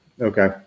Okay